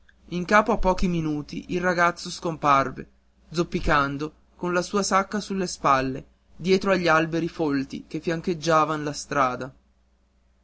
in capo a pochi minuti il ragazzo scomparve zoppicando con la sua sacca sulle spalle dietro agli alberi folti che fiancheggiavan la strada